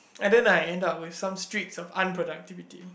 and then I end up with some streaks of unproductivity